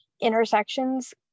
intersections